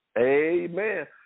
Amen